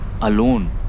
alone